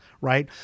right